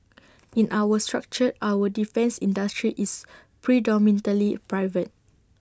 in our structure our defence industry is predominantly private